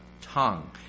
tongue